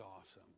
awesome